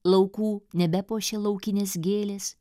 laukų nebepuošė laukinės gėlės